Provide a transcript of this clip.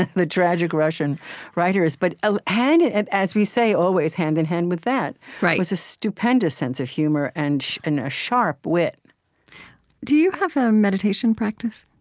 the tragic russian writers. but, ah and and as we say, always, hand-in-hand with that was a stupendous sense of humor and and a sharp wit do you have a meditation practice?